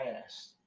Past